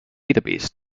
database